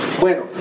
bueno